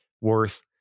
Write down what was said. worth